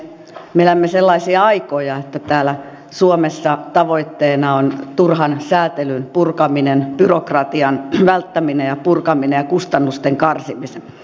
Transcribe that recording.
me elämme sellaisia aikoja että täällä suomessa tavoitteena on turhan säätelyn purkaminen byrokratian välttäminen ja purkaminen ja kustannusten karsiminen